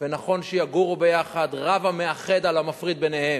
ונכון שיגורו יחד, רב המאחד על המפריד ביניהם,